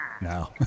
No